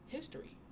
history